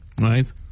right